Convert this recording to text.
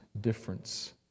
difference